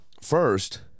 First